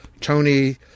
Tony